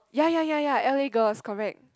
ya ya ya ya l_a Girls correct